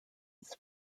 his